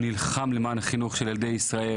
הוא נלחם למען החינוך של ילדי ישראל.